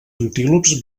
antílops